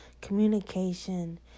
communication